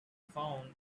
found